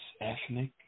ethnic